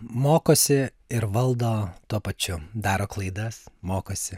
mokosi ir valdo tuo pačiu daro klaidas mokosi